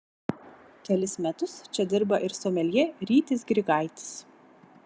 kelis metus čia dirba ir someljė rytis grigaitis